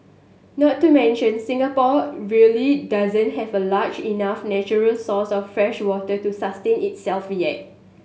not to mention Singapore really doesn't have a large enough natural source of freshwater to sustain itself yet